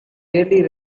rarely